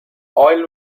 oil